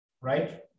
right